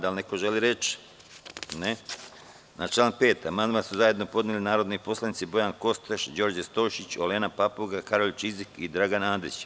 Da li neko želi reč? (Ne) Na član 5. amandman su zajedno podneli narodni poslanici Bojan Kostreš, Đorđe Stojšić, Olena Papuga, Karolj Čizik i Dragan Andrić.